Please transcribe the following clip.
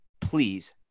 please